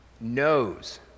knows